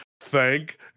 Thank